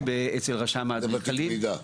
זה בתיק מידע?